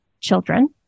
children